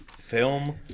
Film